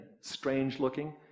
strange-looking